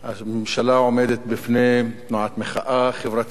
הממשלה עומדת בפני תנועת מחאה חברתית,